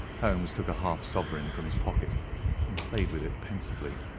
holmes took a half-sovereign from his pocket and played with it pensively.